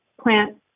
plant